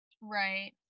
Right